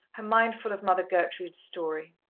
her mind full of mother gertrude's story.